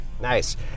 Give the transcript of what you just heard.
Nice